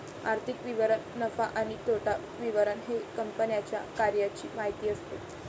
आर्थिक विवरण नफा आणि तोटा विवरण हे कंपन्यांच्या कार्याची माहिती असते